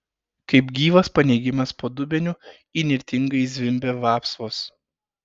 kaip gyvas paneigimas po dubeniu įnirtingai zvimbė vapsvos